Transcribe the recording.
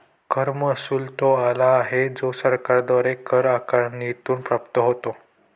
कर महसुल तो आला आहे जो सरकारद्वारे कर आकारणीतून प्राप्त होतो